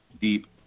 deep